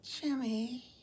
Jimmy